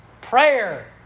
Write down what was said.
prayer